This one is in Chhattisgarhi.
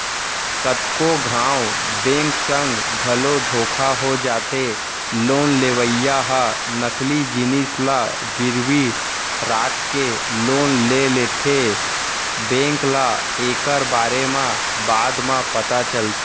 कतको घांव बेंक संग घलो धोखा हो जाथे लोन लेवइया ह नकली जिनिस ल गिरवी राखके लोन ले लेथेए बेंक ल एकर बारे म बाद म पता चलथे